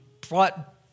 brought